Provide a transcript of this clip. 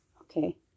okay